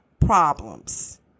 problems